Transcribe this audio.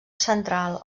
central